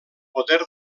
poder